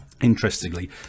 interestingly